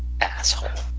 asshole